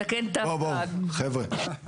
נתקן -- בואו בואו חבר'ה.